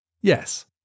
Yes